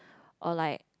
or like